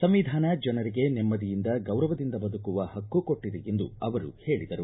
ಸಂವಿಧಾನ ಜನರಿಗೆ ನೆಮ್ಮದಿಯಿಂದ ಗೌರವದಿಂದ ಬದುಕುವ ಹಕ್ಕು ಕೊಟ್ಟದೆ ಎಂದು ಅವರು ಹೇಳಿದರು